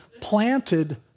planted